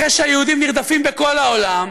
אחרי שהיהודים נרדפים בכל העולם,